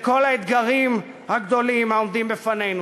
לכל האתגרים הגדולים העומדים בפנינו.